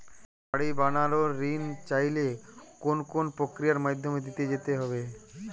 আমি বাড়ি বানানোর ঋণ চাইলে কোন কোন প্রক্রিয়ার মধ্যে দিয়ে যেতে হবে?